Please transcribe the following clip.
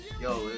Yo